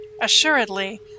Assuredly